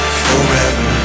forever